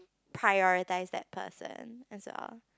prioritise that person as well